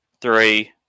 three